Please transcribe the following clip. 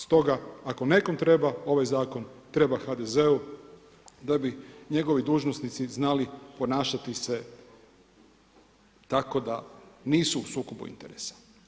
Stoga ako nekom treba ovaj zakon, treba HDZ-u da bi njegovi dužnosnici znali ponašati se tako da nisu u sukobu interesa.